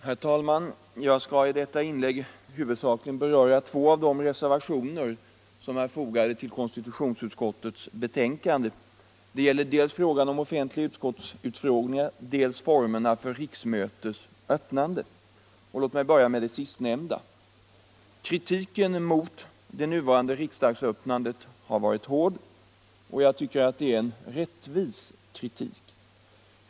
Herr talman! Jag skall i detta inlägg huvudsakligen beröra två av de reservationer som är fogade till konstitutionsutskottets betänkande. Det gäller dels frågan om offentliga utskottsutfrågningar, dels formerna för riksmötes öppnande. Låt mig börja med det sistnämnda. Kritiken mot det nuvarande riksdagsöppnandet har varit hård. Det är en rättvis kritik.